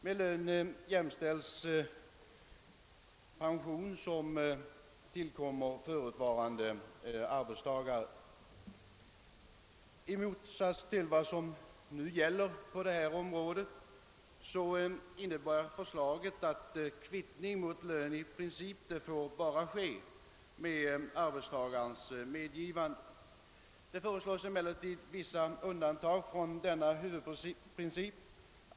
Med lön jämställs pension som tillkommer förutvarande arbetstagare. I motsats till de regler som nu gäller på detta område innebär förslaget att kvittning mot lön i princip får ske endast med arbetstagarens medgivande. Det föreslås emellertid vissa undantag från denna huvudprincip.